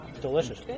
delicious